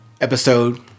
episode